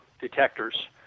detectors